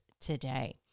today